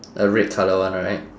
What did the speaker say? a red colour one right